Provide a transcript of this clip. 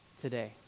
today